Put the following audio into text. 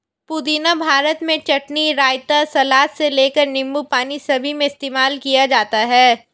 पुदीना भारत में चटनी, रायता, सलाद से लेकर नींबू पानी सभी में इस्तेमाल किया जाता है